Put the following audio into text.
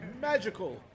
magical